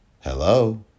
Hello